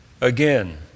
again